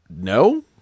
No